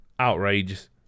Outrageous